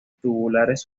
tubulares